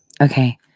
Okay